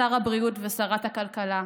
שר הבריאות ושרת הכלכלה.